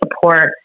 support